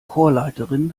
chorleiterin